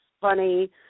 funny